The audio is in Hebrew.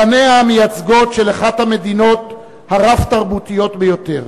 פניה המייצגות של אחת המדינות הרב-תרבותיות ביותר,